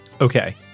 Okay